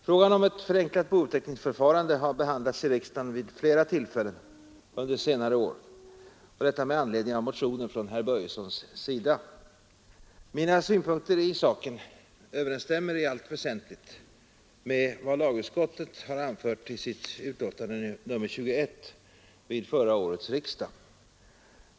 Frågan om ett förenklat bouppteckningsförfarande har behandlats i riksdagen vid flera tillfällen under senare år med anledning av motioner från herr Börjessons sida. Mina synpunkter i saken överensstämmer i allt väsentligt med vad lagutskottet anförde i sitt betänkande nr 21 vid förra årets riksdag.